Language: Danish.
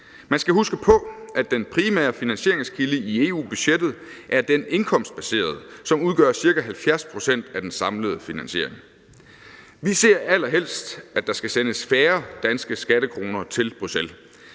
Man skal huske på, at den primære finansieringskilde i EU-budgettet er den indkomstbaserede, som udgør ca. 70 pct. af den samlede finansiering. Vi ser allerhelst, at der skal sendes færre danske skattekroner til Bruxelles.